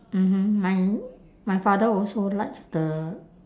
mmhmm my my father also likes the